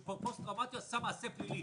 פוסט טראומטי הוא עשה מעשה פלילי.